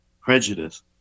prejudice